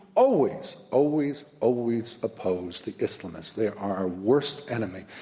always, always, always oppose the islamists. they are our worst enemy.